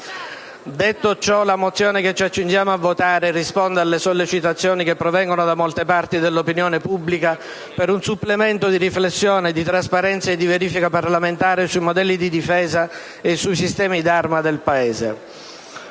Detto ciò, la mozione che ci accingiamo a votare, risponde alle sollecitazioni che provengono da molte parti dell'opinione pubblica per un supplemento di riflessione, di trasparenza e di verifica parlamentare sui modelli di difesa e sui sistemi d'arma del Paese.